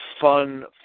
fun